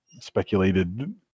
speculated